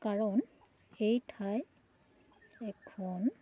কাৰণ এই ঠাই এখন